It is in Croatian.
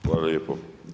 Hvala lijepo.